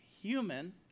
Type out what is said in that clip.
human